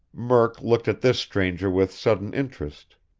murk looked at this stranger with sudden interest.